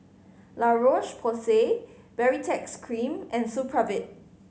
La Roche Porsay Baritex Cream and Supravit